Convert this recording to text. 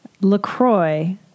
LaCroix